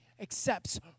accepts